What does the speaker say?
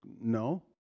no